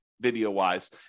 video-wise